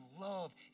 love